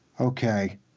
okay